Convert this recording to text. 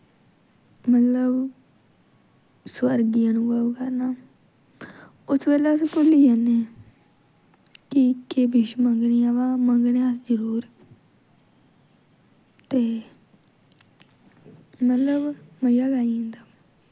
मतलब स्वर्ग गी अनुभव करना उस बेल्लै अस भुल्ली जन्ने कि केह् विश मंगनी ऐ ब मंगने अस जरूर ते मतलब मज़ा गै आई जंदा